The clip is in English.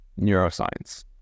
neuroscience